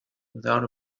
without